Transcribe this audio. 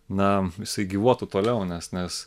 na jisai gyvuotų toliau nes nes